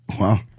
Wow